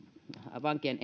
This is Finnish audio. vankien